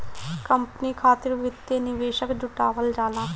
company खातिर वित्तीय निवेशक जुटावल जाला